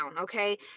Okay